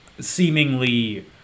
seemingly